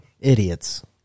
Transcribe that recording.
Idiots